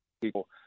people